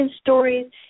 stories